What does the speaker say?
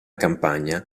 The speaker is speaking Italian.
campagna